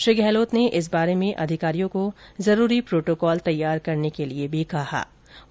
श्री गहलोत ने इस बारे में अधिकारियों को जरूरी प्रोटोकॉल तैयार करने के लिए भी निर्देश दिये